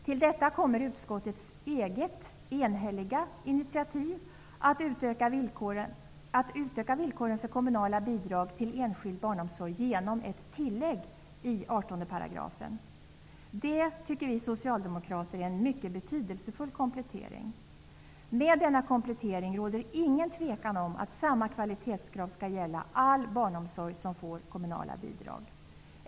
Till detta kommer utskottets eget enhälliga initiativ att utöka villkoren för kommunala bidrag till enskild barnomsorg genom ett tillägg i 18 §. Det tycker vi socialdemokrater är en mycket betydelsefull komplettering. Efter denna komplettering rådde det ingen tvekan om att samma kvalitetskrav skulle gälla all barnomsorg som får kommunala bidrag.